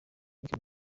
nicki